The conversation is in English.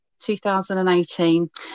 2018